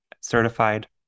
certified